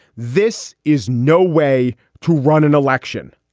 this is no way to run an election.